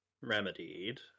remedied